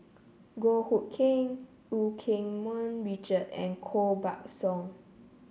Goh Hood Keng Eu Keng Mun Richard and Koh Buck Song